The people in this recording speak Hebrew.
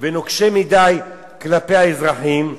ונוקשה מדי כלפי האזרחים.